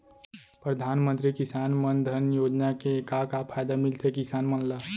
परधानमंतरी किसान मन धन योजना के का का फायदा मिलथे किसान मन ला?